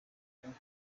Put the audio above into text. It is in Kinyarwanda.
zivuga